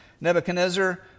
Nebuchadnezzar